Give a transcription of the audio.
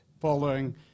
following